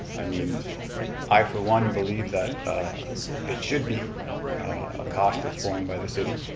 i mean i, for one, believe that it should be a cost that's borne by the city.